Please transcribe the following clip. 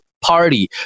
party